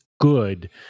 good